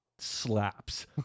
Slaps